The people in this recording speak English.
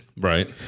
Right